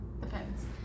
depends